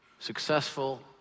successful